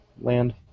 land